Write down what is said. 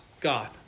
God